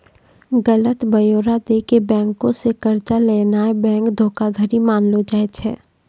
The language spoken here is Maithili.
गलत ब्योरा दै के बैंको से कर्जा लेनाय बैंक धोखाधड़ी मानलो जाय छै